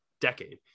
decade